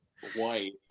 white